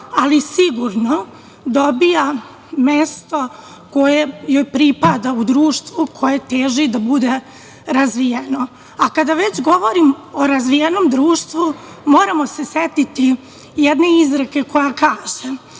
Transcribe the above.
ali sigurno dobija mesto koje joj pripada u društvu, koje teži da bude razvijeno. Kada već govorim o razvijenom društvu, moramo se setiti jedne izreke koja kaže